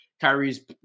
Kyrie's